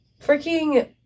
freaking